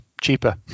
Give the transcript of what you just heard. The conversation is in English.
cheaper